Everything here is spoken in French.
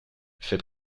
fait